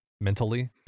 mentally